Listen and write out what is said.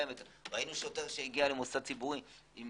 ראניו שוטר שהגיעה למוסד ציבורי עם